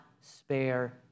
spare